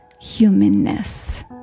humanness